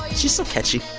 she's so catchy.